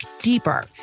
deeper